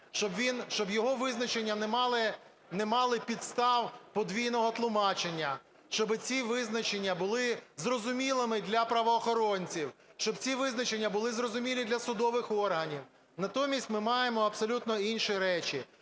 щоб його визначення не мали підстав подвійного тлумачення, щоб ці визначення були зрозумілими для правоохоронців, щоб ці визначення були зрозумілі для судових органів. Натомість ми маємо абсолютно інші речі.